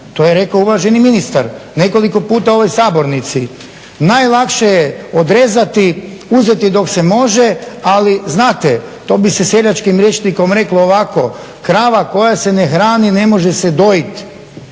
to je rekao uvaženi ministar, nekoliko puta u ovoj Sabornici. Najlakše je odrezati, uzeti dok se može ali znate, to bi se seljačkim rječnikom reklo ovako, krava koja se ne hrani ne može se dojiti.